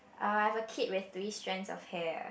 I have a kid with three strands of hair